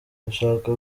ndashaka